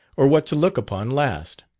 or what to look upon last.